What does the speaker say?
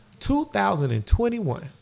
2021